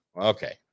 okay